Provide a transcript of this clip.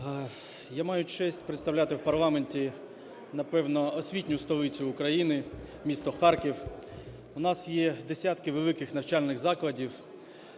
Я маю честь представляти у парламенті, напевно, освітню столицю України - місто Харків. У нас є десятки великих навчальних закладів,